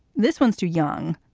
this one's too young.